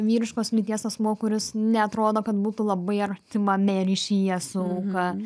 vyriškos lyties asmuo kuris neatrodo kad būtų labai artimame ryšyje su auka